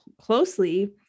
closely